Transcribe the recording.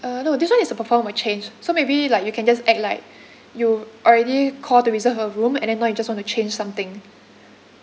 uh no this [one] is to perform a change so maybe like you can just act like you already call to reserve a room and then now you just want to change something